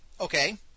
Okay